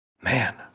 man